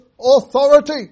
authority